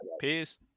Peace